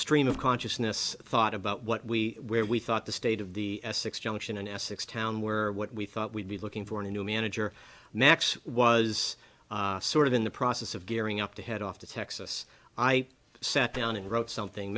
stream of consciousness thought about what we where we thought the state of the essex junction an essex town where what we thought we'd be looking for a new manager max was sort of in the process of gearing up to head off to texas i sat down and wrote something